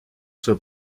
zur